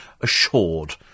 assured